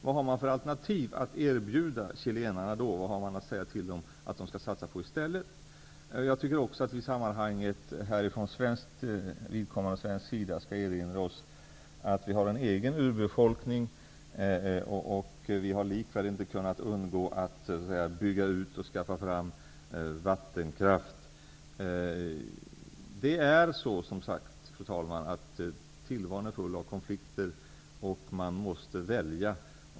Vad har man då för alternativ att erbjuda chilenarna, och vad skall de satsa på i stället? Jag tycker att vi från svensk sida i detta sammanhang skall erinra oss att vi har en egen urbefolkning, och vi har likväl inte kunnat undgå att bygga ut och skaffa fram vattenkraft. Fru talman! Tillvaron är alltså full av konflikter, och man måste välja.